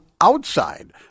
outside